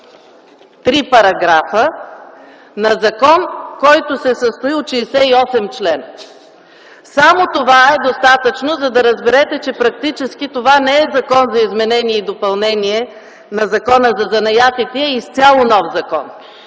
63 параграфа на закон, който се състои от 68 члена. Само това е достатъчно, за да разберете, че практически това не е Закон за изменение и допълнение на Закона за занаятите, а практически е изцяло нов закон.